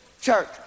church